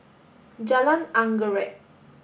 Jalan Anggerek